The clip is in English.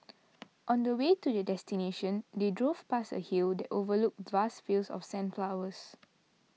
on the way to their destination they drove past a hill that overlooked vast fields of sunflowers